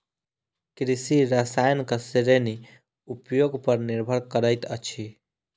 कृषि रसायनक श्रेणी उपयोग पर निर्भर करैत अछि